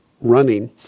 running